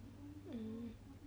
mm